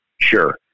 Sure